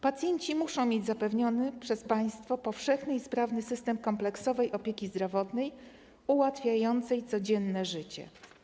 Pacjenci muszą mieć zapewniony przez państwo powszechny i sprawny system kompleksowej opieki zdrowotnej ułatwiającej codzienne życie.